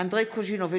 אנדרי קוז'ינוב,